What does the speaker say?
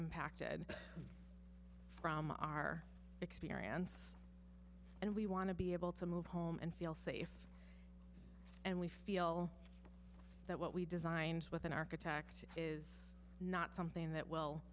impacted from our experience and we want to be able to move home and feel safe and we feel that what we designed with an architect is not something that will